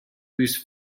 whose